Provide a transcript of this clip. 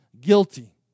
guilty